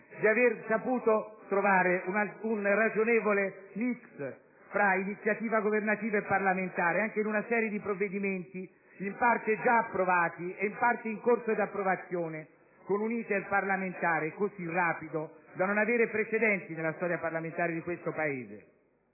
di aver saputo trovare un ragionevole *mix* tra iniziativa governativa e parlamentare anche in una serie di provvedimenti in parte già approvati e in parte in corso di approvazione, con un *iter* parlamentare così rapido da non avere precedenti nella storia parlamentare di questo Paese.